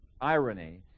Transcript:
irony